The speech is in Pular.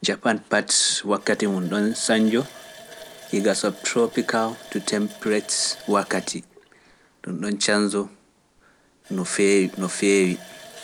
Japon pat wakkati mum ɗon sanjo igasot tropical to temperate wakkati ɗum ɗon canso no fewi no fewi.